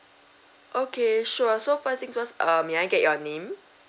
okay sure so first thing first err may I get your name